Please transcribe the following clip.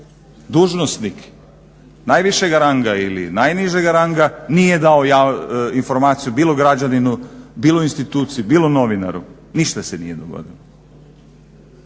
dužnosnik najvišeg ranga ili najnižeg ranga nije dao informaciju bilo građaninu, bilo instituciji, bilo novinaru ništa se nije dogodilo.